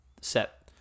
set